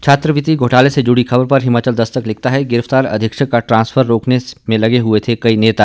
छात्रवृति घोटाले से जुड़ी खबर पर हिमाचल दस्तक लिखता है गिरफ्तार अधीक्षक का ट्रांसफर रोकने में लगे हए थे कई नेता